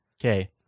Okay